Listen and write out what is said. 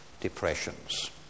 depressions